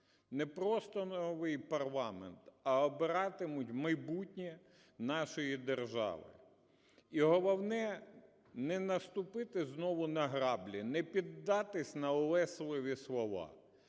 не просто новий парламент, а обиратимуть майбутнє нашої держави. І головне – не наступити знову на граблі, не піддатись на улесливі слова.